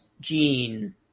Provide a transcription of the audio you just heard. gene